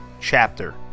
chapter